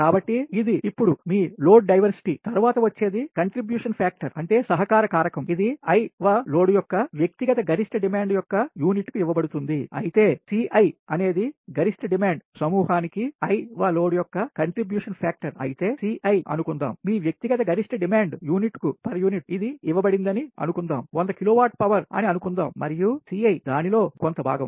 కాబట్టి ఇది ఇప్పుడు మీ లోడ్ డ్డైవర్సిటీ లోడ్ వైవిధ్యం తరువాత వచ్చేది కంట్రిబ్యూషన్ ఫ్యాక్టర్ సహకారం కారకం contribution factor ఇది i వ లోడ్ యొక్క వ్యక్తిగత గరిష్ట డిమాండ్ యొక్క యూనిట్ కు ఇవ్వబడుతుంది అయితే Ci అనేది గరిష్ట డిమాండ్ సమూహానికి i వ లోడ్ యొక్క కంట్రిబ్యూషన్ ఫ్యాక్టర్ అయితే Ci అనుకుందాం మీ వ్యక్తిగత గరిష్ట డిమాండ్ యూనిట్ కు ఇది ఇవ్వబడిందని అనుకుందాం వంద కిలో వాట్ పవర్ అని అనుకుందాం మరియు Ci దానిలో కొంత భాగం